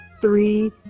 three